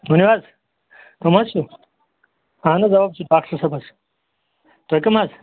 ؤنِو حظ کٕم حظ چھُ اہَن حظ اَوا بہٕ چھُس ڈاکٹر صٲب حظ تُہۍ کٕم حظ